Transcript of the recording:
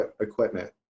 equipment